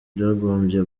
byagombye